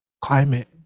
climate